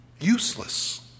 Useless